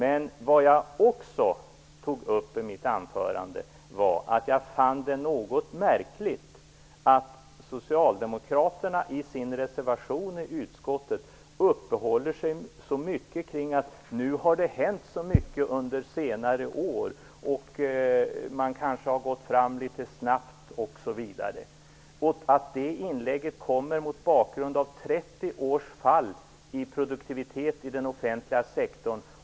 En annan sak som jag tog upp i mitt anförande var att socialdemokraterna i sin reservation i utskottet uppehållit sig så mycket vid att det hänt så mycket under senare år och att man kanske har gått fram litet väl snabbt. Det inlägget görs mot bakgrund av 30 års fall av produktiviteten i den offentliga sektorn.